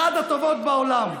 אחת הטובות בעולם.